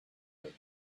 early